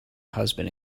husband